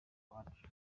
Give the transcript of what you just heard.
iwacu